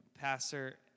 Pastor